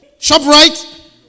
ShopRite